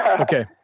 Okay